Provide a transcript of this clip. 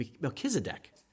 Melchizedek